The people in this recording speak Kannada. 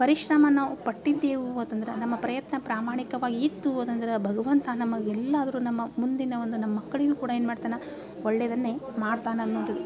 ಪರಿಶ್ರಮ ನಾವು ಪಟ್ಟಿದ್ದೇವೆ ಅಂತಂದ್ರೆ ನಮ್ಮ ಪ್ರಯತ್ನ ಪ್ರಾಮಾಣಿಕವಾಗಿ ಇತ್ತು ಅದಂದ್ರೆ ಭಗವಂತ ನಮಗೆಲ್ಲಾದರೂ ನಮ್ಮ ಮುಂದಿನ ಒಂದು ನಮ್ಮ ಮಕ್ಕಳಿಗೂ ಕೂಡ ಏನು ಮಾಡ್ತಾನೆ ಒಳ್ಳೆಯದನ್ನೇ ಮಾಡ್ತಾನೆ ಅನ್ನುವಂಥದ್ದು